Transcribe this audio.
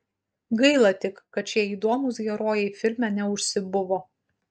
gaila tik kad šie įdomūs herojai filme neužsibuvo